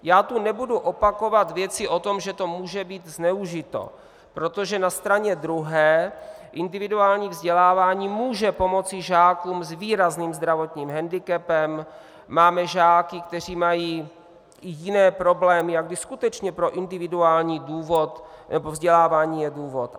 Já tu nebudu opakovat věci o tom, že to může být zneužito, protože na straně druhé individuální vzdělávání může pomoci žákům s výrazným zdravotním hendikepem, máme žáky, kteří mají i jiné problémy a kdy skutečně pro individuální vzdělávání je důvod.